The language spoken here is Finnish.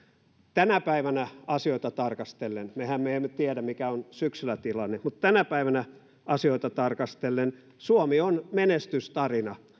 tänä päivänä asioita tarkastellen mehän emme tiedä mikä on tilanne syksyllä mutta tänä päivänä asioita tarkastellen suomi on menestystarina